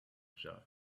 jug